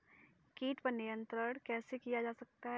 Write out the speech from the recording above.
कीट पर नियंत्रण कैसे किया जा सकता है?